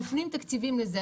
מפנים תקציבים לזה,